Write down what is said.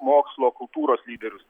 mokslo kultūros lyderius